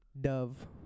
Dove